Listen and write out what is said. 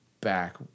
back